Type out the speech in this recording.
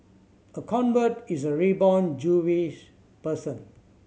a convert is a reborn Jewish person